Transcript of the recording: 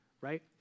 Right